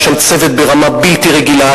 יש שם צוות ברמה בלתי רגילה.